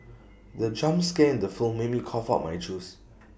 the jump scare in the film made me cough out my juice